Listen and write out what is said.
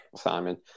Simon